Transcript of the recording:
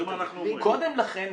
קודם לכן,